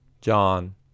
John